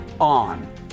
on